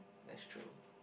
that's true